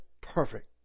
perfect